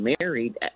married